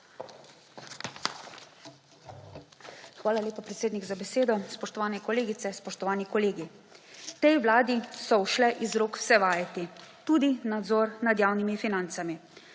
Hvala lepa, predsednik, za besedo. Spoštovane kolegice, spoštovani kolegi! Tej vladi so ušle iz rok vse vajeti, tudi nadzor nad javnimi financami.